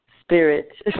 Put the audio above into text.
spirit